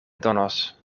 donos